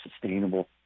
sustainable